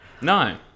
No